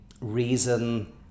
reason